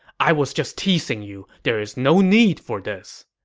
i was just teasing you there's no need for this!